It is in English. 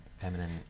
Feminine